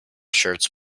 shirts